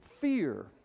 fear